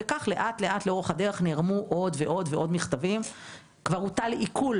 כך לאט לאט לאורך הדרך נערמו עוד ועוד מכתבים וכבר הוטל עיקול